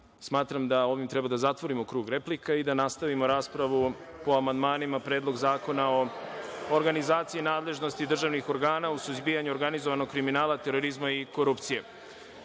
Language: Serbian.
Smatram da ovim treba da zatvorimo krug replika i da nastavimo raspravu po amandmanima na Predlog zakona o organizaciji nadležnosti državnih organa u suzbijanju organizovanog kriminala, terorizma i korupcije. Na